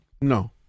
no